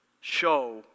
show